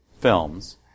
films